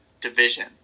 division